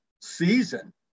season